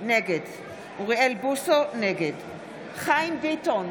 נגד חיים ביטון,